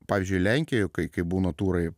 pavyzdžiui lenkijoj kai kai būna turai